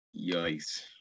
Yikes